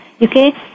Okay